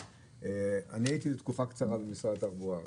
אני הייתי לתקופה קצרה במשרד התחבורה,